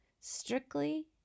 strictly